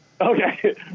Okay